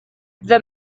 the